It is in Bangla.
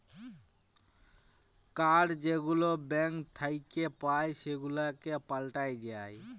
কাড় যেগুলা ব্যাংক থ্যাইকে পাই সেগুলাকে পাল্টাল যায়